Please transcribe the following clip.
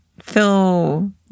feel